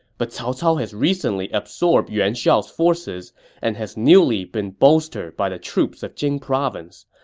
but cao cao has recently absorbed yuan shao's forces and has newly been bolstered by the troops of jing province.